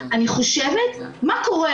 מה קורה?